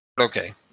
Okay